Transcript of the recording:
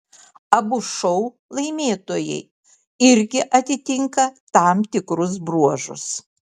abu šou laimėtojai irgi atitinka tam tikrus bruožus